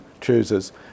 chooses